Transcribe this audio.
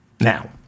Now